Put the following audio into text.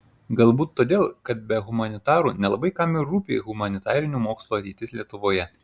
galbūt todėl kad be humanitarų nelabai kam ir rūpi humanitarinių mokslų ateitis lietuvoje